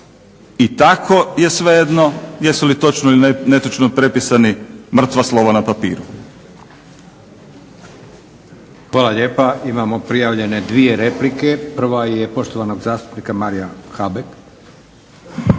i tako je svejedno jesu li točno ili netočno prepisana mrtva slova na papiru.